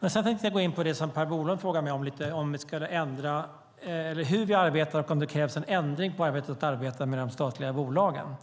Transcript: Sedan tänkte jag gå in på det som Per Bolund frågade mig om, hur vi arbetar och om det krävs en ändring i vårt arbete med de statliga bolagen.